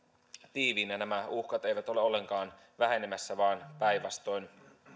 tiiviinä nämä uhkat eivät ole ollenkaan vähenemässä vaan päinvastoin